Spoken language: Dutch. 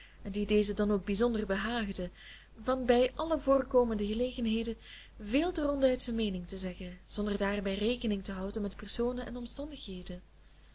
die deze dan ook bijzonder behaagde van bij alle voorkomende gelegenheden veel te ronduit zijn meening te zeggen zonder daarbij rekening te houden met personen en omstandigheden